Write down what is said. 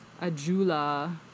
Ajula